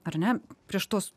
ar ne prieš tuos